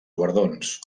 guardons